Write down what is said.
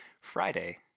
Friday